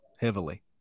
heavily